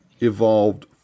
evolved